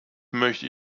möchte